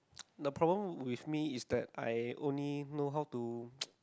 the problem with me is that I only know how to